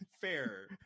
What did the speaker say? Fair